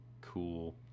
cool